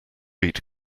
eat